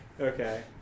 okay